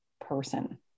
person